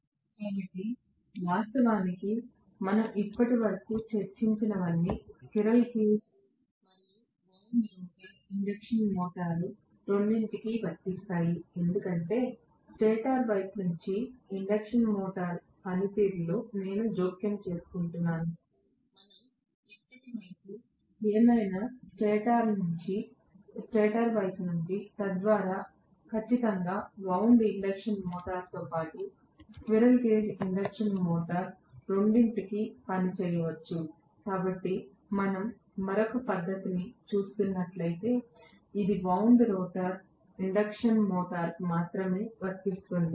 కాబట్టి వాస్తవానికి మనం ఇప్పటివరకు చర్చించినవన్నీ స్క్విరెల్ కేజ్ మరియు వౌండ్ రోటర్ ఇండక్షన్ మోటారు రెండింటికీ వర్తిస్తాయి ఎందుకంటే స్టేటర్ వైపు నుండి ఇండక్షన్ మోటారు పనిలో నేను జోక్యం చేసుకుంటున్నాను మనం ఇప్పటివరకు ఏమైనా స్టేటర్ వైపు నుండి తద్వారా ఖచ్చితంగా వౌండ్ ఇండక్షన్ మోటారుతో పాటు స్క్విరెల్ కేజ్ ఇండక్షన్ మోటారు రెండింటికీ పని చేయవచ్చు కాబట్టి మనం మరొక పద్ధతిని చూస్తున్నట్లయితే ఇది వౌండ్ రోటర్ ఇండక్షన్ మోటారుకు మాత్రమే వర్తిస్తుంది